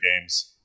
games